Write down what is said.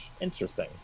Interesting